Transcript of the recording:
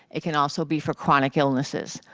it can also be for chronic illnesses.